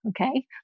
Okay